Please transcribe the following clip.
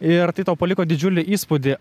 ir tai tau paliko didžiulį įspūdį